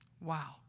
Wow